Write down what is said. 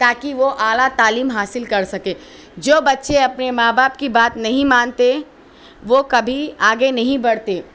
تا کہ وہ اعلیٰ تعلیم حاصل کر سکے جو بّچے اپنے ماں باپ کی بات نہیں مانتے وہ کبھی آگے نہیں بڑھتے